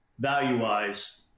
value-wise